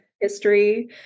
history